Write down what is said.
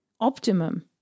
Optimum